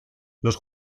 los